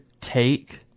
take